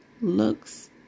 looks